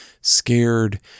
scared